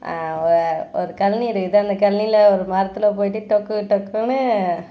ஒ ஒரு கழனி இருக்குது அந்த கழனில ஒரு மரத்தில் போய்விட்டு டொக்கு டொக்குன்னு